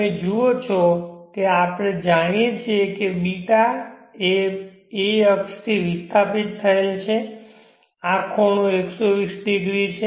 તમે જુઓ છો કે આપણે જાણીએ છીએ કે b એ a અક્ષથી વિસ્થાપિત થયેલ છે આ ખૂણો 120 ડિગ્રી છે